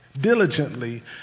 diligently